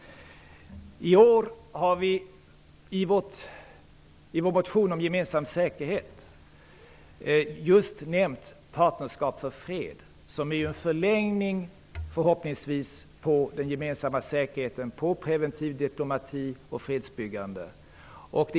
I år har vi i vår motion om gemensam säkerhet nämnt Partnerskap för fred. Det är förhoppningsvis en förlängning av den gemensamma säkerheten, den preventiva diplomatin och fredsbyggandet.